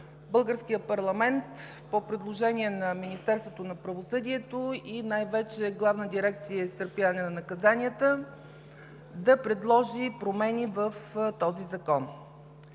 българският парламент по предложение на Министерството на правосъдието и най-вече Главна дирекция „Изпълнение на наказанията“ да предложи промени в този закон.